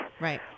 Right